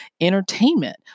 entertainment